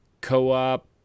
co-op